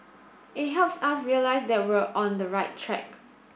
it helps us realise that we're on the right track